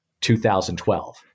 2012